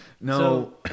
no